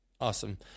Awesome